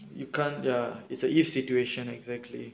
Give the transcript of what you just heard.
you can't ya it's a if situation exactly